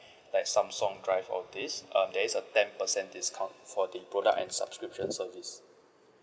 like Samsung drive all this um there is a ten percent discount for the product and subscription service